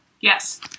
Yes